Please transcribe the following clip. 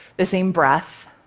the same breath.